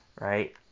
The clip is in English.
right